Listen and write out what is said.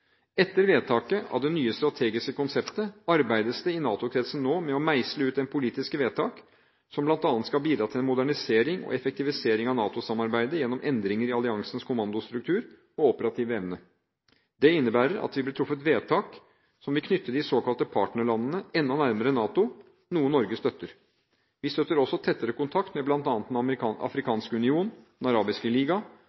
Etter vedtaket av det nye strategiske konseptet arbeides det i NATO-kretsen nå med å meisle ut politiske vedtak som bl.a. skal bidra til en modernisering og effektivisering av NATO-samarbeidet gjennom endringer i alliansens kommandostruktur og operative evne. Det innebærer at det vil bli truffet vedtak som vil knytte de såkalte partnerlandene enda nærmere NATO, noe Norge støtter. Vi støtter også tettere kontakt med bl.a. Den